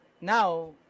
now